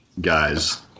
guys